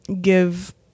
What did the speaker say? give